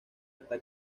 hasta